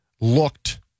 looked